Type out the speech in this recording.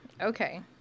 okay